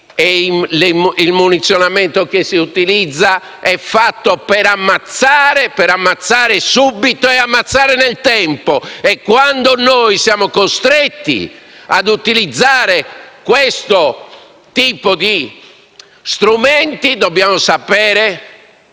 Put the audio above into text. il munizionamento che si utilizzano sono fatti per ammazzare subito e anche nel tempo. E quando siamo costretti ad utilizzare questo tipo di strumenti, dobbiamo sapere